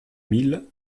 mille